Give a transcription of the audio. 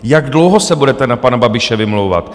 Jak dlouho se budete na pana Babiše vymlouvat?